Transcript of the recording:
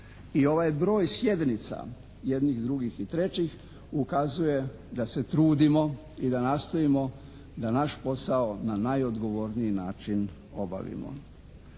I ovaj broj sjednica, jednih, drugih i trećih ukazuje da se trudimo i da nastojimo da naš posao na najodgovorniji način obavimo.